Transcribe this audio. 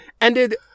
ended